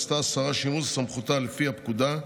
עשתה השרה שימוש בסמכותה לפי הפקודה,